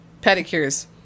pedicures